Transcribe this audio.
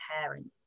parents